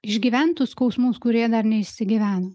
išgyventus skausmus kurie dar neišsigyveno